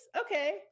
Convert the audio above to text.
okay